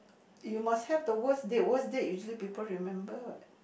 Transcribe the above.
you must have the worst date worst date usually people remember